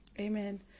Amen